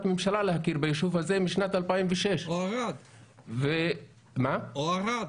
ממשלה להכיר ביישוב הזה משנת 2006. או ערד.